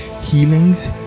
healings